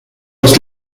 most